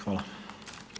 Hvala.